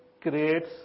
creates